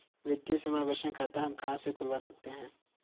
वित्तीय समावेशन खाता हम कहां से खुलवा सकते हैं?